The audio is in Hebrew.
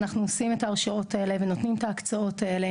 אנחנו נותנים את ההרשאות וההקצאות האלה